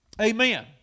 Amen